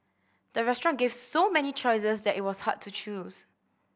the restaurant gave so many choices that it was hard to choose